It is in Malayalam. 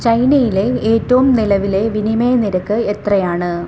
ചൈനയിലെ ഏറ്റവും നിലവിലെ വിനിമയ നിരക്ക് എത്രയാണ്